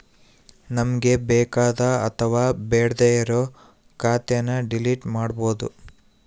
ನಮ್ಗೆ ಬೇಕಾದ ಅಥವಾ ಬೇಡ್ಡೆ ಇರೋ ಖಾತೆನ ಡಿಲೀಟ್ ಮಾಡ್ಬೋದು